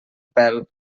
pèl